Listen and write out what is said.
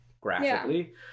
graphically